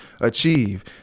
achieve